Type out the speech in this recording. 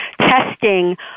testing